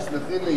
תסלחי לי,